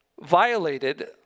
violated